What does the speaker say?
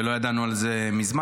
ולא ידענו על זה מזמן,